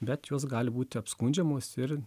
bet jos gali būti apskundžiamos ir